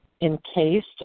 encased